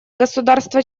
государства